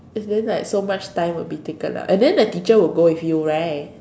and then like so much time would be taken lah and then the teacher would go with you right